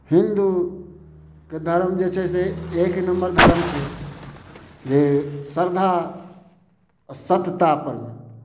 हिन्दूके धरम जे छै से एक नम्बर धरम छै जे श्रद्धा सत्यता पर